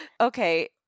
Okay